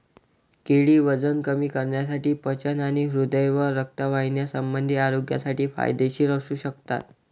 केळी वजन कमी करण्यासाठी, पचन आणि हृदय व रक्तवाहिन्यासंबंधी आरोग्यासाठी फायदेशीर असू शकतात